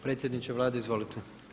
Predsjedniče Vlade, izvolite.